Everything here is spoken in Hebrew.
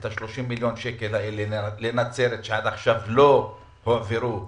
את ה-30 מיליון שקלים לנצרת שעד עכשיו לא הועברו אליה.